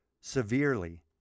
severely